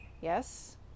Yes